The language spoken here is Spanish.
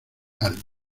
algo